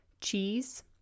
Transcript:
cheese